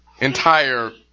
entire